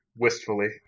wistfully